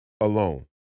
alone